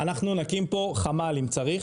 אנחנו נקים פה חמ"ל אם צריך,